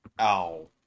Ow